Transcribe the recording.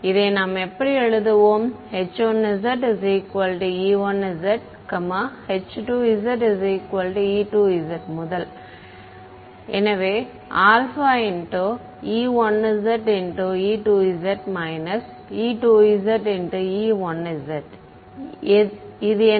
எனவே இதை நாம் இப்படி எழுதுவோம் h1ze1z h2ze2z முதல் எது என்ன